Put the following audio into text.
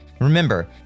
Remember